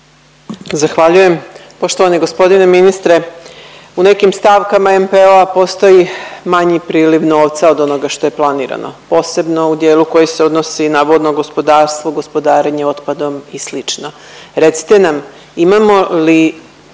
Zahvaljujem. Poštovani gospodine ministre, u nekim stavkama MPO-a postoji manji priliv novca od onoga što je planirano posebno u dijelu koji se odnosi na vodno gospodarstvo, gospodarenje otpadom i slično. Recite nam imamo li